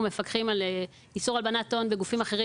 מפקחים על איסור הלבנת הון בגופים אחרים,